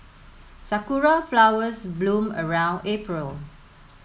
sakura flowers bloom around April